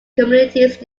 communities